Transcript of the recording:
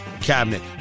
cabinet